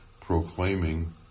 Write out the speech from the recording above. proclaiming